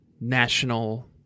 national